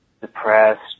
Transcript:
depressed